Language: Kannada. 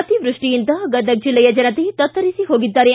ಅತಿವೃಷ್ಠಿಯಿಂದ ಗದಗ ಜಿಲ್ಲೆಯ ಜನತೆ ತತ್ತರಿಸಿ ಹೋಗಿದ್ದಾರೆ